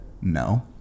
No